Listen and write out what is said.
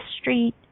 street